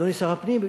ואדוני שר הפנים,